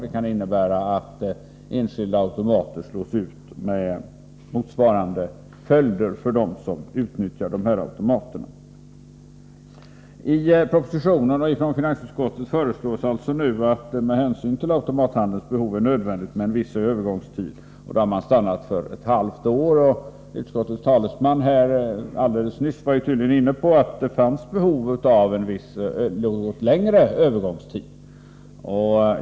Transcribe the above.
Det kan innebära att enskilda automater slås ut med motsvarande följder för dem som utnyttjar automaterna. I förslaget från finansutskottet anförs nu att det med hänsyn till automathandelns behov är nödvändigt med en viss övergångstid. Man har stannat för ett halvt år. Utskottets talesman var nyss inne på att det finns behov av en något längre övergångstid.